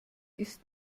ist